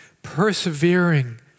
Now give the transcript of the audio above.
Persevering